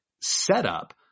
setup